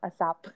Asap